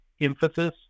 emphasis